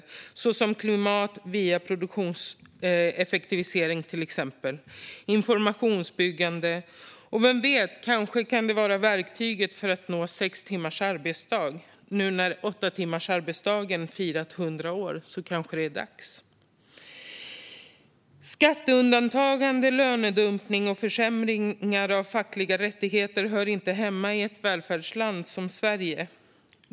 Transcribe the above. Det kan till exempel handla om klimatvinster via produktionseffektivisering och om informationsbyggande. Och kanske kan det vara verktyget för att nå sex timmars arbetsdag. Nu när åttatimmarsdagen firat 100 år är det kanske dags. Skatteundandragande, lönedumpning och försämringar av fackliga rättigheter hör inte hemma i ett välfärdsland som Sverige.